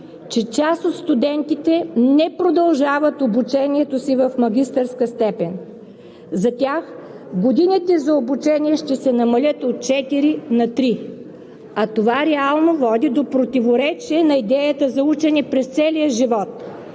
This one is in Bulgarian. че част от студентите не продължават обучението си в магистърска степен? За тях годините за обучение ще се намалят от четири на три, а това реално води до противоречие на идеята за „учене през целия живот“,